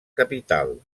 capital